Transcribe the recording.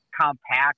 compact